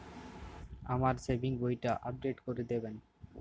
আমার সেভিংস বইটা আপডেট করে দেবেন?